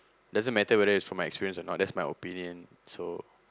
doesn't matter whether it is from my experience or not that's my opinion so